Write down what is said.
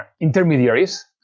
intermediaries